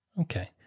okay